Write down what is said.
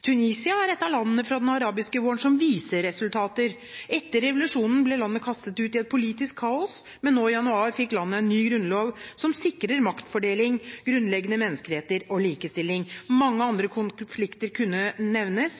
Tunisia er et av landene fra den arabiske våren som viser resultater. Etter revolusjonen ble landet kastet ut i et politisk kaos, men nå i januar fikk landet en ny grunnlov som sikrer maktfordeling, grunnleggende menneskeretter og likestilling. Mange andre konflikter kunne nevnes.